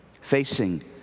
facing